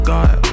God